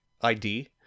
ID